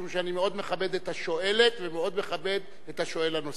משום שאני מאוד מכבד את השואלת ומאוד מכבד את השואל הנוסף.